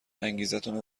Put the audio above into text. انگیزتونو